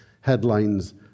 headlines